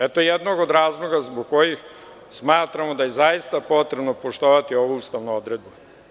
Eto jednog od razloga zbog kojih smatramo da je zaista potrebno poštovati ovu ustavnu odredbu.